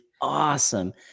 awesome